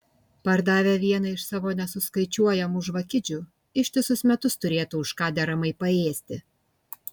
pardavę vieną iš savo nesuskaičiuojamų žvakidžių ištisus metus turėtų už ką deramai paėsti